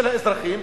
של האזרחים,